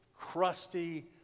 crusty